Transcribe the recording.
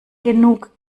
genug